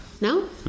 No